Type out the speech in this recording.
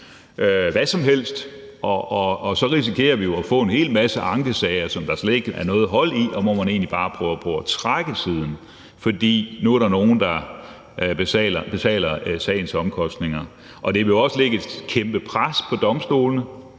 pludselig, og så risikerer vi at få en hel masse ankesager, som jeg slet ikke er noget hold i, og hvor man egentlig bare prøver på at trække tiden, fordi der nu er nogle, der betaler sagens omkostninger. Det vil også lægge et kæmpe pres på domstolene,